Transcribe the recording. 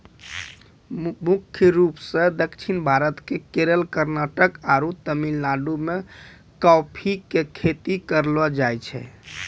मुख्य रूप सॅ दक्षिण भारत के केरल, कर्णाटक आरो तमिलनाडु मॅ कॉफी के खेती करलो जाय छै